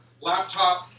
Laptop